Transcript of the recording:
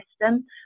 system